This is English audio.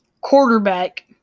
quarterback